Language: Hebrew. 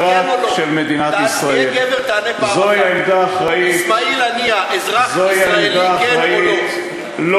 לאבו מאזן ולאסמאעיל הנייה אזרחות, כן או לא?